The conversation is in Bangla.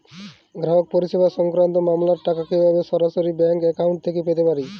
গ্রাহক পরিষেবা সংক্রান্ত মামলার টাকা কীভাবে সরাসরি ব্যাংক অ্যাকাউন্টে পেতে পারি?